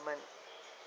requirement